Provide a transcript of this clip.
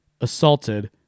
assaulted